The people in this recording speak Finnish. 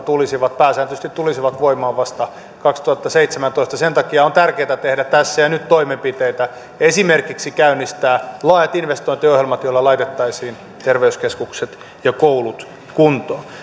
tulisivat pääsääntöisesti tulisivat voimaan vasta kaksituhattaseitsemäntoista sen takia on tärkeää tehdä tässä ja nyt toimenpiteitä esimerkiksi käynnistää laajat investointiohjelmat joilla laitettaisiin terveyskeskukset ja koulut kuntoon